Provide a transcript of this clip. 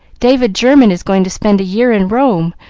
david german is going to spend a year in rome,